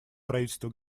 правительство